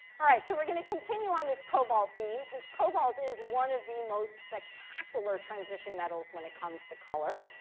all right, so we're going to continue on this cobalt theme. because cobalt is one of the most spectacular transition metals when it comes to color.